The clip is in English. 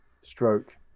Stroke